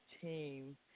team